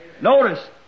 Notice